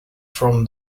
from